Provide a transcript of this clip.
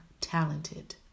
talented